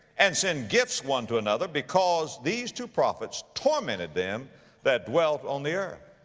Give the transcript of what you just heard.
and send gifts one to another because these two prophets tormented them that dwelt on the earth.